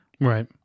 Right